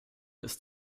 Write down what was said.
ist